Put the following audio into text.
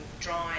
drawing